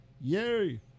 Yay